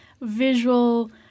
visual